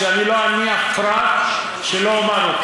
שאני לא אניח פרט שלא אומר אותו.